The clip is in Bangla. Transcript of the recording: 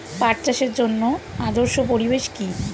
পাট চাষের জন্য আদর্শ পরিবেশ কি?